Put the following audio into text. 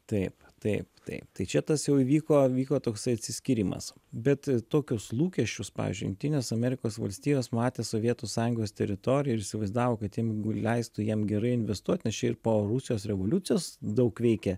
taip taip taip tai čia tas jau įvyko vyko toksai atsiskyrimas bet tokius lūkesčius pavyzdžiui jungtinės amerikos valstijos matė sovietų sąjungos teritorijoj ir įsivaizdavo kad jeigu leistų jiem gerai investuot nes čia ir po rusijos revoliucijos daug veikė